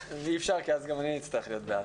אי אפשר כי אז גם אני אצטרך להיות בעד.